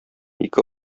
ике